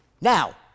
Now